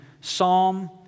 Psalm